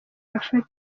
yafatiwe